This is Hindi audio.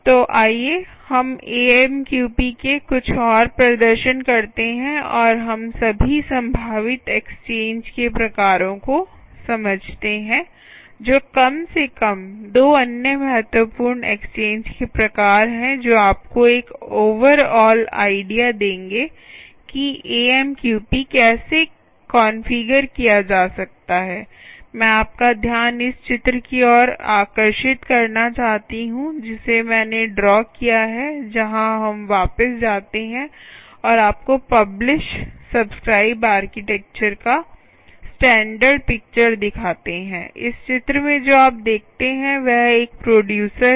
तो आइए हम AMQP के कुछ और प्रदर्शन करते हैं और हम सभी संभावित एक्सचेंज के प्रकारों को समझते हैं जो कम से कम 2 अन्य महत्वपूर्ण एक्सचेंज के प्रकार हैं जो आपको एक ओवरआल आईडिया देंगे कि AMQP कैसे कॉन्फ़िगर किया जा सकता है मैं आपका ध्यान इस चित्र की ओर आकर्षित करना चाहती हूँ जिसे मैंने ड्रा किया है जहाँ हम वापस जाते हैं और आपको पब्लिश सब्सक्राइब आर्किटेक्चर का स्टैण्डर्ड पिक्चर दिखाते हैं इस चित्र में जो आप देखते हैं वह एक प्रोडयूसर है